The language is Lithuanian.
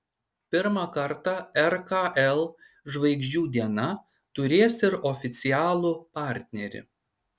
pirmą kartą rkl žvaigždžių diena turės ir oficialų partnerį